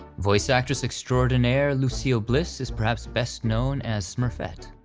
voice-actress extraordinaire lucille bliss is perhaps best known as smurfette,